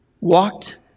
walked